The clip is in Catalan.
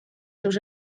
seus